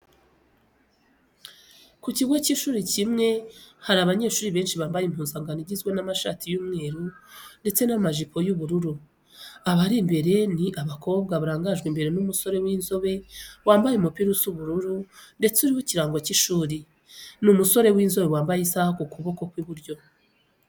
Ku kigo cy'ishuri kimwe hari abanyeshuri benshi bambaye impuzankano igizwe n'amashati y'umweru ndetse n'amajipo y'ubururu. Abari imbere ni abakobwa barangajwe imbere n'umusore w'inzobe wambaye umupira usa ubururu ndetse uriho ikirango cy'ishuri. Ni umusore w'inzobe wambaye isaha ku kuboko kw'iburyo.